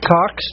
Cox